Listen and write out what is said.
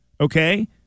okay